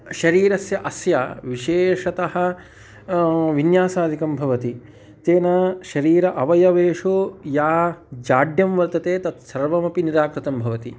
शरीरस्य अस्य विशेषतः विन्यासादिकं भवति तेन शरीरम् अवयवेषु यत् जाड्यं वर्तते तत् सर्वमपि निराकृतं भवति